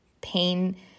pain